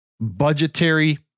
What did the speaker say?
budgetary